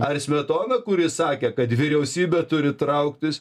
ar smetona kuris sakė kad vyriausybė turi trauktis